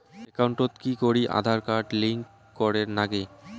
একাউন্টত কি Aadhaar card link করের নাগে?